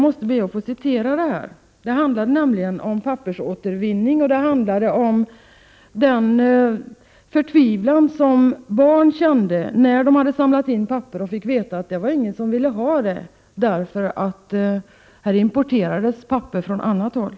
Debatten handlade om pappersåtervinning och om den förtvivlan som barn kände när de hade samlat in papper och sedan fått veta att det inte var någon som ville ha papperet, därför att papper importerades från annat håll.